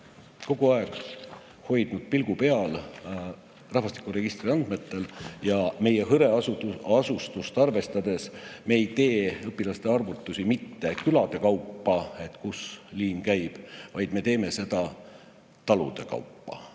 kogu aeg hoidnud pilgu peal rahvastikuregistri andmetel. Ja meie hõreasustust arvestades me ei tee õpilaste arvutusi mitte külade kaupa, kus [bussi]liin käib, vaid me teeme seda talude kaupa